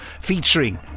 featuring